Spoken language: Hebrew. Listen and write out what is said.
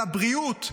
על הבריאות,